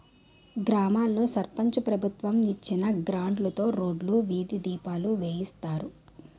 గ్రామాల్లో సర్పంచు ప్రభుత్వం ఇచ్చిన గ్రాంట్లుతో రోడ్లు, వీధి దీపాలు వేయిస్తారు